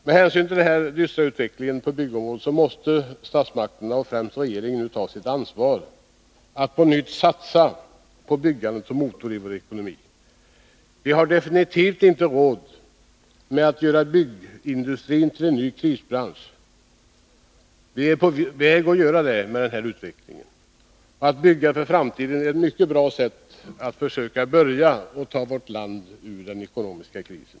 Med hänsyn till denna dystra utveckling på byggområdet måste statsmakterna och främst regeringen nu ta sitt ansvar och på nytt satsa på byggandet som motor i vår ekonomi. Vi har definitivt inte råd med att göra byggindustrin till en ny krisbransch, vilket vi är på väg att göra med denna utveckling. Att bygga för framtiden är ett mycket bra sätt att börja ta vårt land ur den ekonomiska krisen.